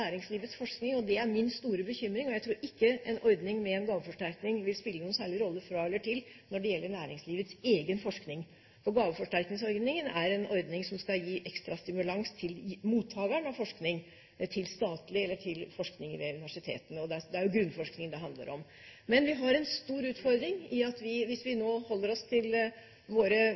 forskning. Den er min store bekymring, og jeg tror ikke en ordning med en gaveforsterkning vil spille noen særlig rolle fra eller til når det gjelder næringslivets egen forskning. Gaveforsterkningsordningen er en ordning som skal gi ekstra stimulans til mottakeren av forskning, til statlig forskning eller til forskning ved universitetene. Det er jo grunnforskningen det handler om. Men vi har en stor utfordring i at staten, hvis vi nå holder oss til